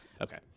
Okay